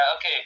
Okay